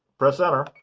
press enter.